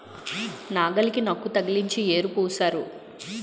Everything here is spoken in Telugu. నాగలికి నక్కు తగిలించి యేరు పూశారు